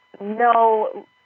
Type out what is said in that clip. no